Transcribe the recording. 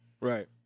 Right